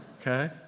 Okay